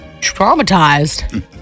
traumatized